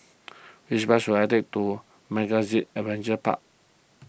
which bus should I take to MegaZip Adventure Park